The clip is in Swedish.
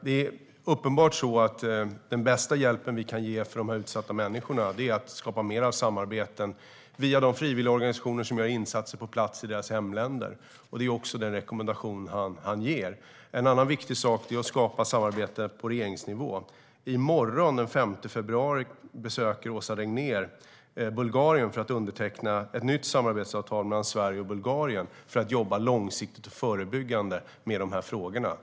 Det är uppenbart så att den bästa hjälpen vi kan ge till de här utsatta människorna är att skapa mer av samarbeten via de frivilligorganisationer som gör insatser på plats i deras hemländer, och det är också den rekommendation samordnaren ger. En annan viktig sak är att skapa samarbete på regeringsnivå. I morgon, den 5 februari, besöker statsrådet Åsa Regnér Bulgarien för att underteckna ett nytt samarbetsavtal mellan Sverige och Bulgarien för att jobba långsiktigt och förebyggande med de här frågorna.